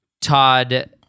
Todd